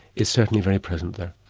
is certainly very present there.